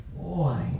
Boy